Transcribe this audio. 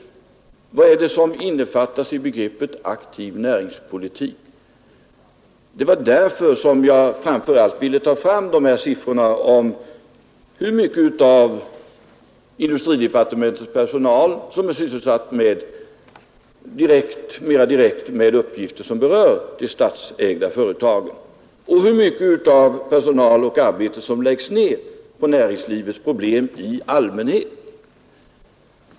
Vad är det som innefattas i begreppet ”aktiv näringspolitik”? Det var för att visa detta som jag tog fram siffrorna om hur mycket av industridepartementets personal som är sysselsatt med uppgifter som mera direkt berör de statsägda företagen och hur mycket personal och arbete som ägnas åt näringslivets problem i allmänhet.